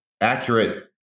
accurate